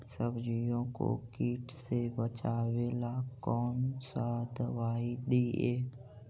सब्जियों को किट से बचाबेला कौन सा दबाई दीए?